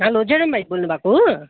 hello Jerome भाइ बोल्नुभएको